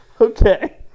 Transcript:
Okay